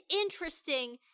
interesting